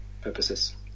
purposes